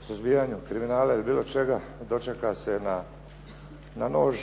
o suzbijanju kriminala ili bilo čega dočeka se na nož,